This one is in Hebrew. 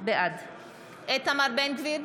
בעד איתמר בן גביר,